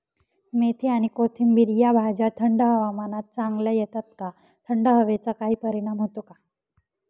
मेथी आणि कोथिंबिर या भाज्या थंड हवामानात चांगल्या येतात का? थंड हवेचा काही परिणाम होतो का?